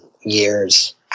years